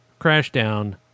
Crashdown